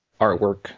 artwork